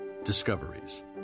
discoveries